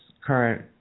current